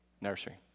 Nursery